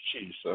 Jesus